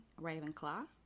Ravenclaw